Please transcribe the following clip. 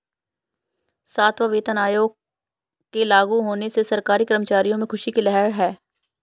सातवां वेतन आयोग के लागू होने से सरकारी कर्मचारियों में ख़ुशी की लहर है